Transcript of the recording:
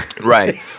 Right